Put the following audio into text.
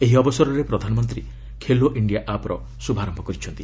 ଏହି ଅବସରରେ ପ୍ରଧାନମନ୍ତ୍ରୀ 'ଖେଲୋ ଇଣ୍ଡିଆ' ଆପ୍ର ଶୁଭାରମ୍ଭ କରିଛନ୍ତି